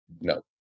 No